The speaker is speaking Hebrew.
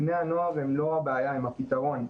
בני הנוער הם לא הבעיה אלא הם הפתרון.